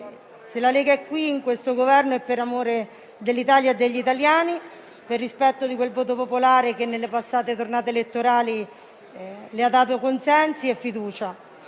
Se la Lega sostiene questo Governo, è per amore dell'Italia e degli italiani e per rispetto di quel voto popolare che nelle passate tornate elettorali le ha dato consensi e fiducia.